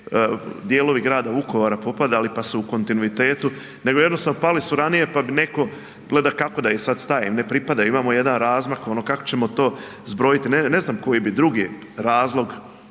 je dijelovi grada Vukovara popadali, pa su u kontinuitetu, nego jednostavno pali su ranije, pa bi netko gleda kako da ih sada stavim ne pripada imamo jedan razmak ono kako ćemo to zbrojiti. Ne znam koji bi drugi razlog